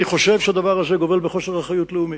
אני חושב שהדבר הזה גובל בחוסר אחריות לאומית,